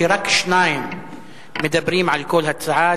שרק שניים מדברים על כל הצעה,